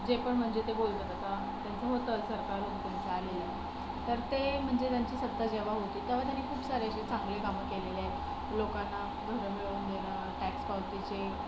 जे पण म्हणजे ते बोलतात आता त्यांचं होतं सरकार होतं त्यांचं आलेलं आहे तर ते म्हणजे त्यांची सत्ता जेव्हा होती तेव्हा त्यांनी खूप सारे असे चांगले कामं केलेले आहेत लोकांना घरं मिळवून देणं टॅक्स पावतीचे